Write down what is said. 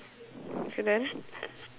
K then